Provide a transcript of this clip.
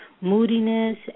moodiness